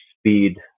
speed